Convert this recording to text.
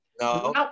No